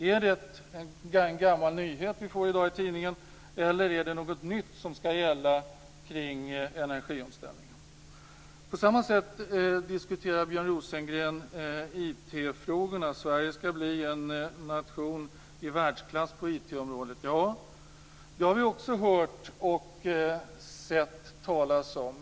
Är det en gammal nyhet som vi får i dag i tidningen, eller är det något nytt som skall gälla kring energiomställningen? På samma sätt diskuterar Björn Rosengren IT frågorna. Sverige skall bli en nation i världsklass på IT-området. Ja, det har vi också hört och sett tidigare.